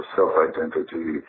self-identity